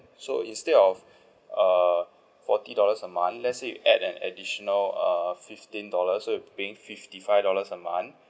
so instead of uh forty dollars a month let's say you add an additional uh fifteen dollars so you're paying fifty five dollars a month